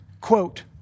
quote